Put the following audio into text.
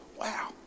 Wow